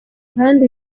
kandi